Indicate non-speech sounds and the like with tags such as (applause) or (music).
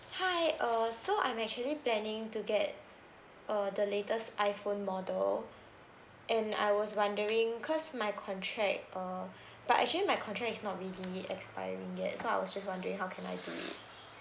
hi uh so I'm actually planning to get uh the latest iPhone model and I was wondering because my contract uh (breath) but actually my contract is not really expiring yet so I was just wondering how can I be